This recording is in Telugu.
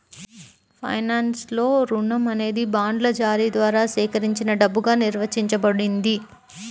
ఫైనాన్స్లో, రుణం అనేది బాండ్ల జారీ ద్వారా సేకరించిన డబ్బుగా నిర్వచించబడింది